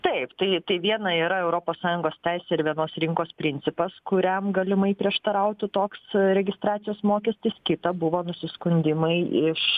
taip tai tai viena yra europos sąjungos teisė ir vienos rinkos principas kuriam galimai prieštarautų toks registracijos mokestis kita buvo nusiskundimai iš